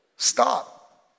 Stop